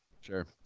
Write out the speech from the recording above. sure